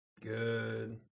good